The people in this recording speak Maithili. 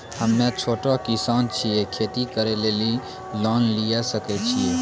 हम्मे छोटा किसान छियै, खेती करे लेली लोन लिये सकय छियै?